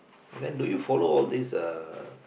and then do you follow all these uh